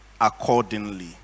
accordingly